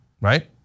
right